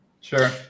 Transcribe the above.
Sure